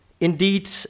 indeed